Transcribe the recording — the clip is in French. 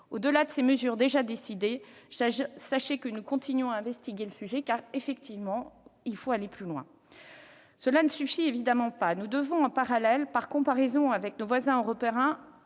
Au-delà des mesures qui ont déjà été décidées, sachez que nous continuons à explorer le sujet, car il faut effectivement aller plus loin. Cela ne suffit évidemment pas. Nous devons en parallèle, par comparaison avec nos voisins européens,